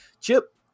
Chip